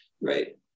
right